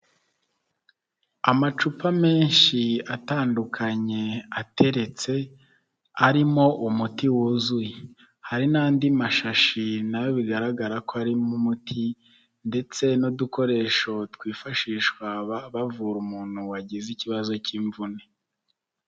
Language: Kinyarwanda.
Amacupa menshi atandukanye ateretse arimo umuti wuzuye, hari n'andi mashashi nayo bigaragara ko ari umuti ndetse n'udukoresho twifashishwa bavura umuntu wagize ikibazo cy'imvune.